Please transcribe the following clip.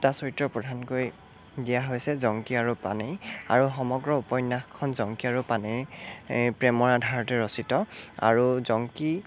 দুটা চৰিত্ৰ প্ৰধানকৈ দিয়া হৈছে জংকী আৰু পানেই আৰু সমগ্ৰ উপন্যাসখন জংকী আৰু পানেই প্ৰেমৰ আধাৰতে ৰচিত আৰু জংকী